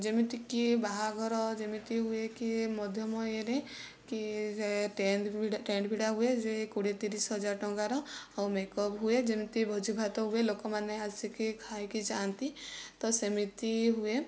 ଯେମିତି କି ବାହାଘର ଯେମିତି ହୁଏ କି ମଧ୍ୟମ ଇଏରେ କି ଟେଣ୍ଟ ଭିଡ଼ା ହୁଏ ସେ କୋଡ଼ିଏ ତିରିଶ ହଜାର ଟଙ୍କାର ଆଉ ମେକ ଅପ୍ ହୁଏ ଯେମିତି ଭୋଜି ଭାତ ହୁଏ ଲୋକମାନେ ଆସିକି ଖାଇକି ଯାଆନ୍ତି ତ ସେମିତି ହୁଏ